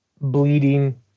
bleeding